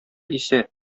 исә